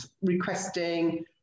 requesting